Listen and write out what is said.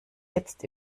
jetzt